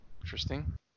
Interesting